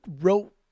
wrote